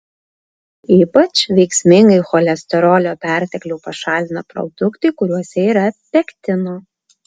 ypač veiksmingai cholesterolio perteklių pašalina produktai kuriuose yra pektino